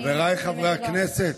חבריי חברי הכנסת,